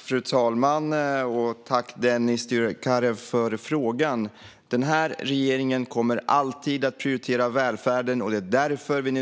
Fru talman! Tack för frågan, Dennis Dioukarev! Den här regeringen kommer alltid att prioritera välfärden, och därför